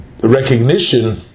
recognition